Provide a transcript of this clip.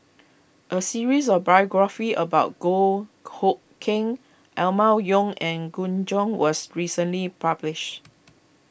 a series of biographies about Goh Hood Keng Emma Yong and Gu Juan was recently published